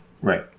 Right